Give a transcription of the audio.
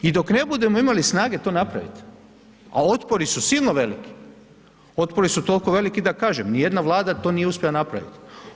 I dok ne budemo imali snage to napraviti, a otpori su silno veliki, otporni su toliko veliki, da kažem, ni jedna vlada to nije uspjela napraviti.